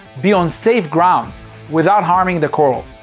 be on safe grounds without harming the corals.